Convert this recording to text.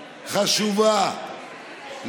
חשובה.